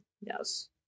Yes